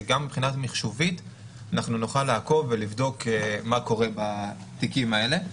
שגם מבחינה מחשובית נוכל לעקוב ולבדוק מה קורה בתיקים האלה.